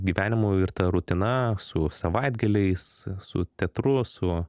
gyvenimu ir ta rutina su savaitgaliais su teatru su